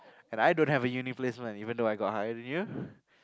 and I don't have uni placement even though I got higher than you